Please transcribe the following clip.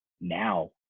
now